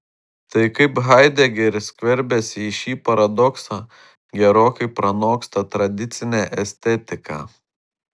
tai kaip haidegeris skverbiasi į šį paradoksą gerokai pranoksta tradicinę estetiką